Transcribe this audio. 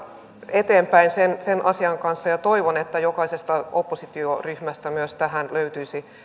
eteenpäin sen sen asian kanssa ja toivon että jokaisesta oppositioryhmästä myös tähän löytyisi